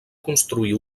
construir